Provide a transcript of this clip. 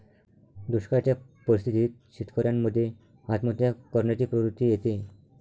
दुष्काळयाच्या परिस्थितीत शेतकऱ्यान मध्ये आत्महत्या करण्याची प्रवृत्ति येते